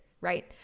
right